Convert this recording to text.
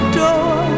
door